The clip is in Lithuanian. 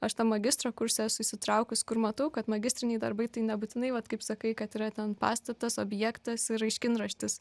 aš tą magistro kursą esu įsitraukus kur matau kad magistriniai darbai tai nebūtinai vat kaip sakai kad yra ten pastatas objektas ir aiškinraštis